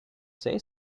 say